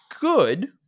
good